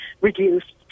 reduced